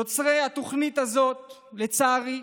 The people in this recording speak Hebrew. יוצרי התוכנית הזאת, לצערי,